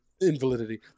Invalidity